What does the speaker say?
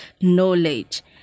knowledge